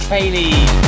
Kaylee